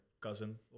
cousin